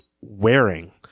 wearing